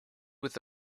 with